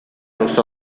los